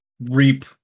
reap